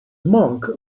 monk